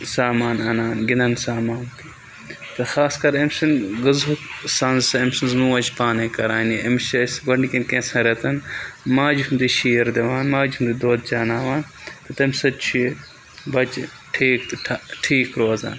سامان اَنان گِنٛدَن سامان تہٕ خاص کَر أمۍ سٕنٛد غذہُک سَنٛز چھِ أمۍ سٕنٛز موج پانے کَران یہِ أمِس چھِ أسۍ گۄڈٕنِکٮ۪ن کینٛژھَن رٮ۪تَن ماجہِ ہُنٛدُے شیٖر دِوان ماجہِ ہُنٛدُ دۄد چاناوان تہٕ تمہِ سۭتۍ چھُ یہِ بَچہِ ٹھیٖک تہٕ ٹھیٖک روزان